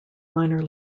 minor